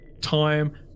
time